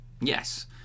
yes